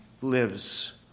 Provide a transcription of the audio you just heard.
lives